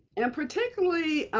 and particularly,